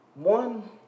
One